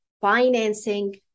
financing